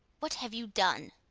what have you done?